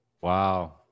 Wow